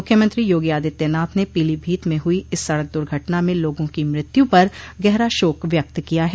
मुख्यमंत्री योगी आदित्यनाथ ने पीलीभीत में हुई इस सड़क दुर्घटना में लोगों की मृत्यु पर गहरा शोक व्यक्त किया है